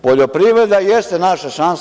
Poljoprivreda jeste naša šansa.